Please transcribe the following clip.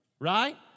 Right